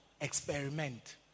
experiment